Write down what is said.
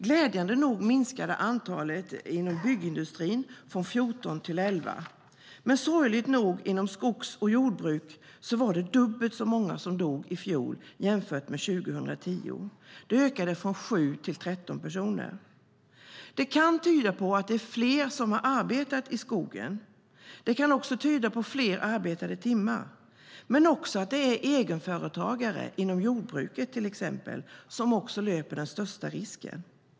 Glädjande nog minskade dock antalet dödsfall inom byggindustrin från 14 till 11, men sorgligt nog var det inom skogs och jordbruk dubbelt så många som dog i fjol jämfört med 2010. Det ökade från 7 till 13 personer. Det kan tyda på att det är fler som har arbetat i skogen. Det kan också tyda på fler arbetade timmar, men också på att det är egenföretagare inom exempelvis jordbruket som löper den största risken.